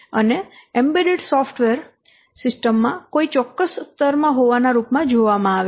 અને embedded software system માં કોઈ ચોક્કસ સ્તરમાં હોવાના રૂપમાં જોવામાં આવે છે